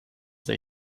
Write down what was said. they